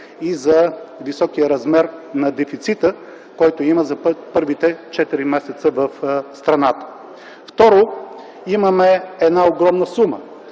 и за високия размер на дефицита, който има за първите четири месеца в страната. Второ, имаме една огромна сума